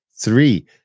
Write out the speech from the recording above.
Three